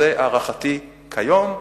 זו הערכתי כיום.